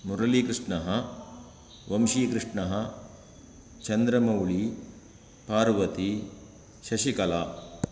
मुरुलीकृष्णः वंशीकृष्णः चन्द्रमौली पार्वती शशिकला